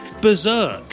berserk